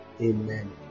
Amen